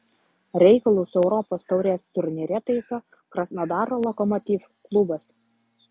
reikalus europos taurės turnyre taiso krasnodaro lokomotiv klubas